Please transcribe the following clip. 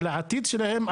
על העתיד שלהם,